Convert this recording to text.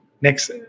next